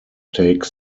take